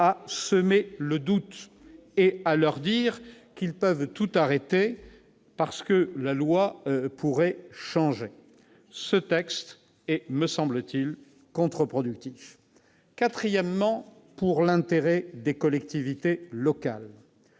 de semer le doute et de dire qu'il faut tout arrêter parce que la loi pourrait changer ? Ce texte est, me semble-t-il, contre-productif ! La quatrième raison tient à l'intérêt des collectivités locales.